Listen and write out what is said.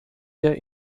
der